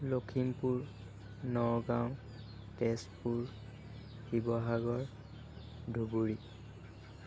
Lakhimpur Nagaon Tezpur Sivasagar Dhubri